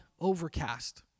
overcast